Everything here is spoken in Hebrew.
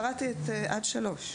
קראתי עד (3).